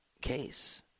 case